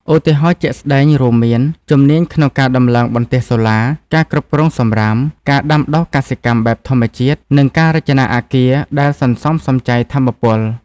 ឧទាហរណ៍ជាក់ស្តែងរួមមាន ជំនាញក្នុងការដំឡើងបន្ទះសូឡា ការគ្រប់គ្រងសំរាម ការដាំដុះកសិកម្មបែបធម្មជាតិ និងការរចនាអគារដែលសន្សំសំចៃថាមពល។